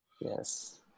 Yes